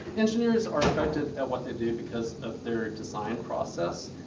engineers are effective at what they do because of their design process,